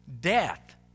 death